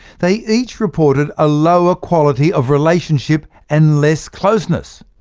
they each reported a lower quality of relationship and less closeness.